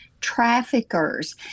traffickers